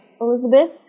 Elizabeth